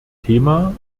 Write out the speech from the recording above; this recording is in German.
thema